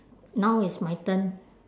now it's my turn